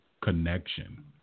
connection